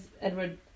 Edward